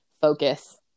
focus